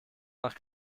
nach